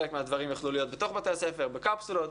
חלק מהדברים יוכלו להיות בתוך בתי הספר, בקפסולות.